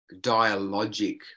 dialogic